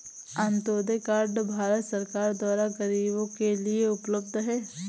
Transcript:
Antyodaya card Bharat सरकार द्वारा गरीबो के लिए उपलब्ध है